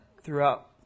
throughout